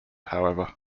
however